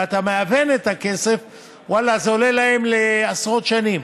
זה עולה להם בעשרות שנים.